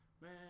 Man